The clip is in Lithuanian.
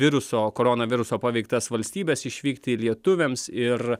viruso corona viruso paveiktas valstybes išvykti lietuviams ir